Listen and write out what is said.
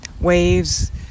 waves